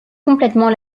complètement